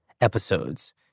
episodes